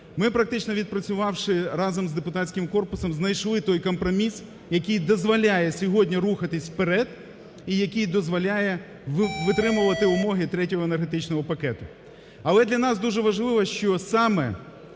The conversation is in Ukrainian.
Ми практично відпрацювавши разом з депутатським корпусом знайшли той компроміс, який дозволяє сьогодні рухатись вперед і який дозволяє витримувати умови Третього енергетичного пакету. Але для нас дуже важливо, що саме,